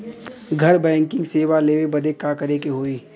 घर बैकिंग सेवा लेवे बदे का करे के होई?